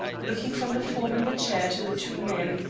looking from the form in the chair to the two men.